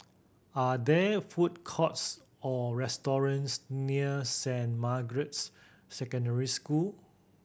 are there food courts or restaurants near Saint Margaret's Secondary School